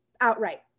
outright